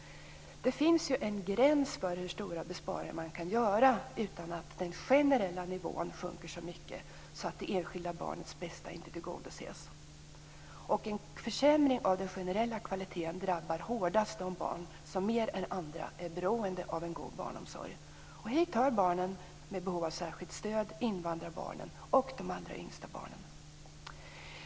Det finns en gräns för hur stora besparingar man kan göra utan att den generella nivån sjunker så mycket att det enskilda barnets bästa inte tillgodoses. En försämring av den generella kvaliteten drabbar hårdast de barn som mer än andra är beroende av en god barnomsorg. Hit hör barnen med behov av särskilt stöd, invandrarbarnen och de allra yngsta barnen.